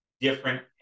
different